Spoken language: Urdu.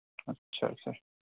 اچھا سر